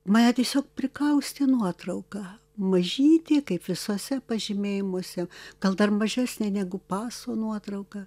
mane tiesiog prikaustė nuotrauka mažytė kaip visuose pažymėjimuose gal dar mažesnė negu paso nuotrauka